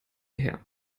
her